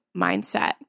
mindset